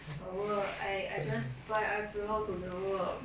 got work I I just buy ipad how to get work